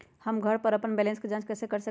हम घर पर अपन बैलेंस कैसे जाँच कर सकेली?